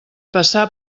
passar